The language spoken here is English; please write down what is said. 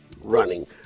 running